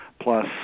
plus